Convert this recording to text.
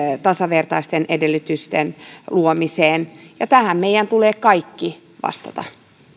tasavertaisten edellytysten luomiseen ja tähän meidän tulee kaikkien vastata